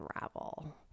unravel